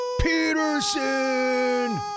Peterson